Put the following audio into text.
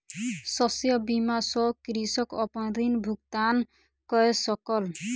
शस्य बीमा सॅ कृषक अपन ऋण भुगतान कय सकल